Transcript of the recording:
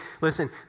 listen